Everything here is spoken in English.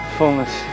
fullness